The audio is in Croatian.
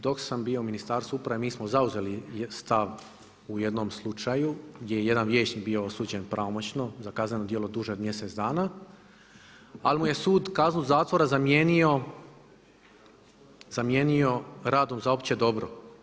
Dok sam bio u Ministarstvu uprave mi smo zauzeli stav u jednom slučaju gdje je jedan vijećnik bio osuđen pravomoćno za kazneno djelo duže od mjesec dana ali mu je sud kaznu zatvora zamijenio radom za opće dobro.